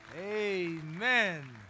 Amen